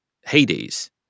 Hades